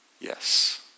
Yes